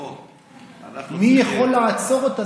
מי יכול לעצור אותה?